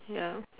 ya